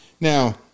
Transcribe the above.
Now